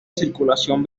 circulación